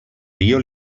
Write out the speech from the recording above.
dio